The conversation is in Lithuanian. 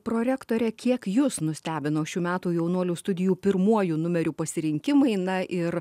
prorektorė kiek jus nustebino šių metų jaunuolių studijų pirmuoju numeriu pasirinkimai na ir